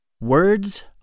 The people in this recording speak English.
Words